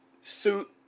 suit